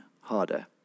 harder